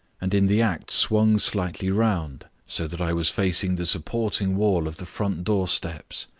and in the act swung slightly round, so that i was facing the supporting wall of the front door steps.